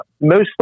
Mostly